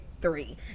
three